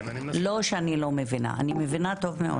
לא שאני לא מבינה, אני מבינה טוב מאוד.